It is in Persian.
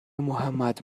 محمد